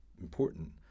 important